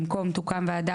במקום "תוקם ועדה,